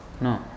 No